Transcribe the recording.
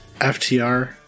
FTR